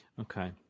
okay